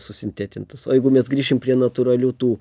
susintetintas o jeigu mes grįšim prie natūralių tų